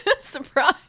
surprise